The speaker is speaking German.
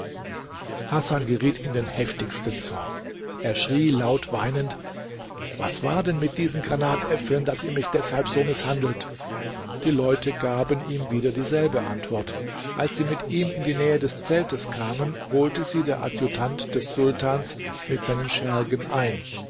hasan geriet in den heftigsten zorn er schrie laut weinend was war denn mit diesen granatäpfeln daß ihr mich deshalb so mißhandelt die leute gaben ihm wieder dieselbe antwort als sie mit ihm in die nähe des zeltes kamen holte sie der adjutant des sultans mit seinen schergen ein